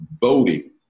voting